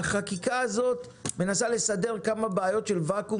החקיקה הזאת מנסה להסדיר כמה בעיות של ואקום